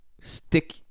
Stick